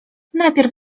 najpierw